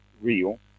real